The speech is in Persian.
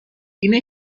اینه